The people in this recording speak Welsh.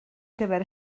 gyfer